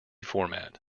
format